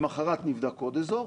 למחרת נבדוק עוד אזור,